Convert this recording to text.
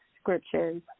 scriptures